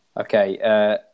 Okay